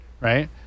right